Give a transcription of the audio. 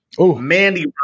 Mandy